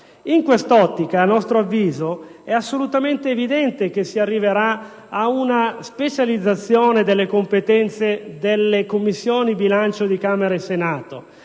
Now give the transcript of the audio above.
In quest'ottica, a nostro avviso, è assolutamente evidente che si arriverà a una specializzazione delle competenze delle Commissioni bilancio di Camera e Senato,